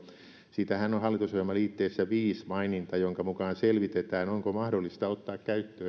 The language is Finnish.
siitähän on hallitusohjelman liitteessä viisi maininta jonka mukaan selvitetään onko mahdollista ottaa käyttöön